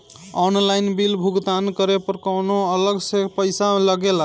Online bill भुगतान करे पर कौनो अलग से पईसा लगेला?